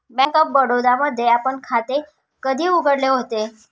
Bank of Baroda मध्ये आपण खाते कधी उघडले होते?